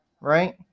right